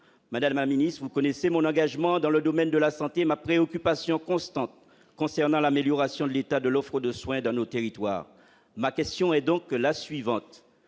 Maddalena Ministre vous connaissez mon engagement dans le domaine de la santé, ma préoccupation constante concernant l'amélioration de l'état de l'offre de soins de nos territoires, ma question est donc la suivante